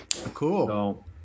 Cool